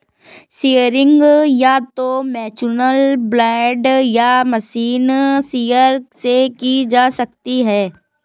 shearing या तो manual blade या मशीन शीयर से की जा सकती है